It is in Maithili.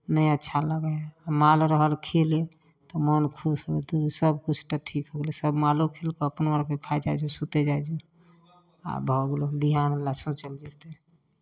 नहि अच्छा लगै है आओर माल रहल खेले तऽ मोन खुश होतै सब किछु तऽ ठीक होलै सब माल खेलकै अपनो अर भी खाइ जाइ जो सुतय जाइ जो आब भऽ गेलौ बिहानवला सोचल जेतय